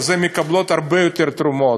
אז הן מקבלות הרבה יותר תרומות,